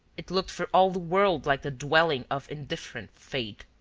it looked for all the world like the dwelling of indifferent fate.